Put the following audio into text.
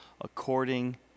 according